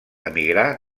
emigrà